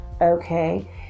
okay